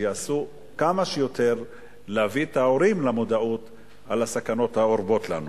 שיעשו כמה שיותר כדי להביא את ההורים למודעות לסכנות האורבות לנו.